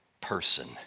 person